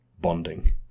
bonding